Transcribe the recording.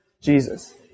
Jesus